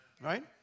Right